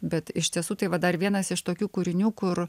bet iš tiesų tai va dar vienas iš tokių kūrinių kur